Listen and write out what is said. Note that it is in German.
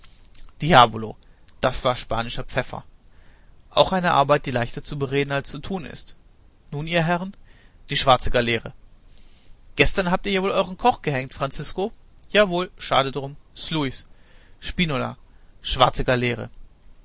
nach diavolo das war spanischer pfeffer auch eine arbeit die leichter zu bereden als zu tun ist nun ihr herren die schwarze galeere gestern habt ihr ja wohl euern koch gehängt francisco jawohl schade drum sluis spinola schwarze galeere